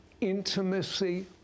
intimacy